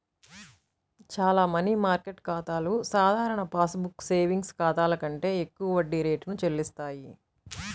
చాలా money market ఖాతాలు సాధారణ పాస్ బుక్ సేవింగ్స్ ఖాతాల కంటే ఎక్కువ వడ్డీ రేటును చెల్లిస్తాయి